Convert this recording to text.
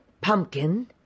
pumpkin